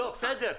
לא, בסדר.